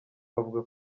bavuga